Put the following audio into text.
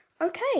Okay